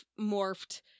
morphed